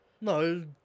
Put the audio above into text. No